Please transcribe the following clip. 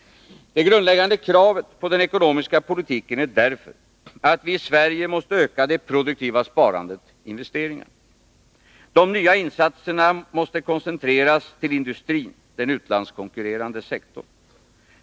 Det grundläggande kravet på den ekonomiska politiken är därför att vi i Sverige måste öka det produktiva sparandet, investeringarna. De nya insatserna måste koncentreras till industrin, den utlandskonkurrerande sektorn.